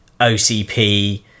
OCP